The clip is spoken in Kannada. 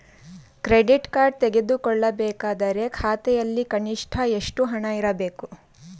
ಕ್ರೆಡಿಟ್ ಕಾರ್ಡ್ ತೆಗೆದುಕೊಳ್ಳಬೇಕಾದರೆ ಖಾತೆಯಲ್ಲಿ ಕನಿಷ್ಠ ಎಷ್ಟು ಹಣ ಇರಬೇಕು?